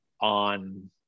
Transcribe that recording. on